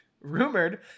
rumored